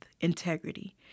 integrity